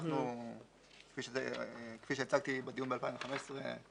כפי שהצעתי בדיון ב-2015,